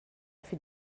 für